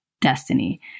destiny